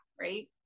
Right